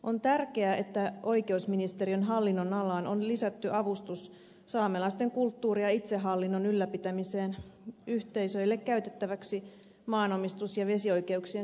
on tärkeää että oikeusministeriön hallinnonalaan on lisätty avustus saamelaisten kulttuuri ja itsehallinnon ylläpitämiseen yhteisöille käytettäväksi maanomistus ja vesioikeuksien selvittämiseen